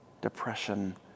depression